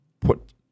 put